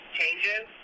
Changes